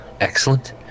Excellent